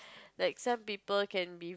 like some people can be